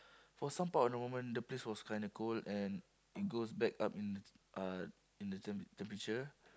for some part of the moment the place was kinda cold and it goes back up in uh in the temp~ temperature